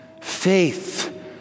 faith